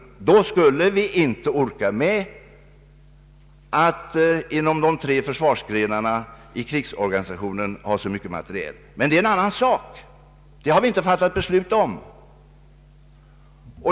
Då skulle vi inte orka med att inom de tre försvarsgrenarna i krigsorganisationen ha så mycket materiel. Men det är en annan sak, och det har vi inte fattat beslut om.